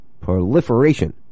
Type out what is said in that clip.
proliferation